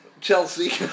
Chelsea